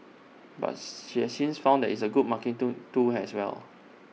but she has since found that IT is A good marketing tool as well